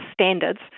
standards